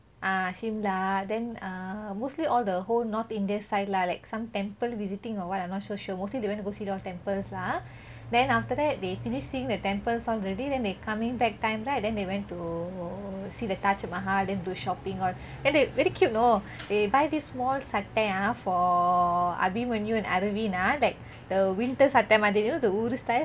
ah shimla then err mostly all the whole north india side lah like some temple visiting or what I'm not so sure mostly they went to go see all the temples lah then after that they finish seeing the temples all already then they coming back time right then they went to see the taj mahal do shopping all then they very cute you know they buy this small sattai ah for abimanyu and aravind ah like the winter sattai மாதிரி:sattai maathiri you know the ooru style